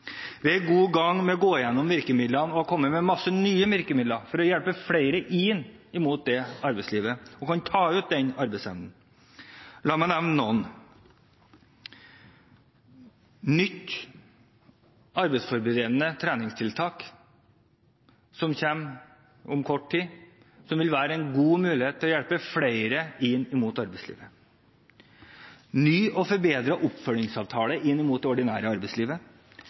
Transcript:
Vi er godt i gang med å gå igjennom virkemidlene og har kommet med mange nye virkemidler for å hjelpe flere inn i arbeidslivet og til å kunne ta ut arbeidsevnen. La meg nevne noen: et nytt arbeidsforberedende treningstiltak, som kommer om kort tid, som vil være en god mulighet til å hjelpe flere inn i arbeidslivet ny og forbedret oppfølgingsavtale inn mot det ordinære arbeidslivet